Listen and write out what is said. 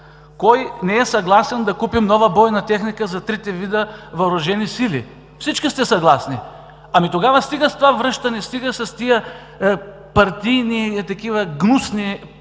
Кой не е съгласен да купим нова бойна техника за трите вида въоръжени сили? Всички сте съгласни. Тогава стига с това връщане, стига с тези партийни, гнусни